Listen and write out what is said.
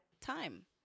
time